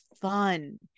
fun